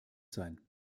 sein